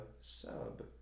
sub